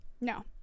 no